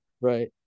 right